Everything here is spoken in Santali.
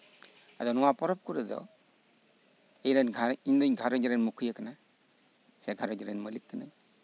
ᱟᱫᱚ ᱱᱚᱶᱟ ᱯᱚᱨᱚᱵᱽ ᱠᱚᱨᱮ ᱫᱚ ᱤᱧ ᱫᱚ ᱜᱷᱟᱸᱨᱚᱧᱡᱽ ᱨᱮᱱ ᱢᱩᱠᱷᱤᱭᱟᱹ ᱠᱟᱹᱱᱟᱹᱧ ᱥᱮ ᱜᱷᱟᱸᱨᱚᱧᱡᱽ ᱨᱮᱱ ᱢᱟᱹᱞᱤᱠ ᱠᱟᱹᱱᱟᱹᱧ